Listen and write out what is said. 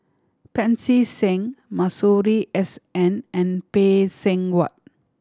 Pancy Seng Masuri S N and Phay Seng Whatt